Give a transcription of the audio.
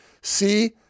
See